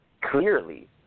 clearly